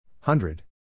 Hundred